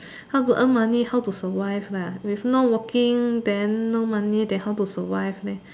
how to earn money how to survive lah if not working then no money then how to survive leh